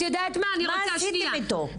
מה עשיתם אתו?